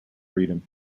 freedom